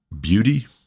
Beauty